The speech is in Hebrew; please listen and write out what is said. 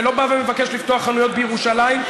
ולא בא ומבקש לפתוח חנויות בירושלים,